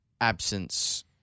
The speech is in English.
absence